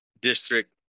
district